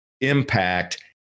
impact